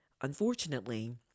unfortunately